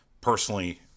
Personally